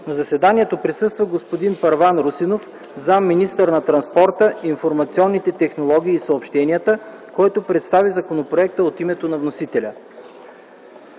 На заседанието присъства господин Първан Русинов – зам.-министър на транспорта, информационните технологии и съобщенията, който представи законопроекта от името на вносителя.